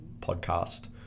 podcast